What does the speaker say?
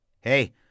Hey